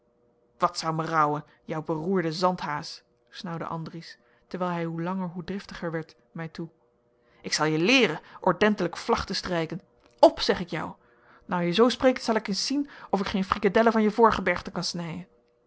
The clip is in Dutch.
wat zou me rouwen jou beroerde zandhaas snaauwde andries terwijl hij hoe langer hoe driftiger werd mij toe ik zel je leeren ordentelijk vlag te strijken op zeg ik jou nou je zoo spreekt zel ik eens zien of ik geen frikkedellen van je voorgebergte kan snijen